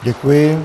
Děkuji.